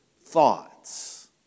thoughts